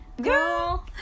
Girl